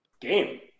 game